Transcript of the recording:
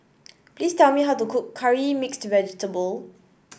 please tell me how to cook Curry Mixed Vegetable